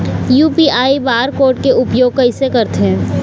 UPI barcode के उपयोग कैसे करथें?